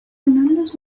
remembers